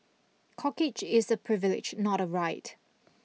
corkage is a privilege not a right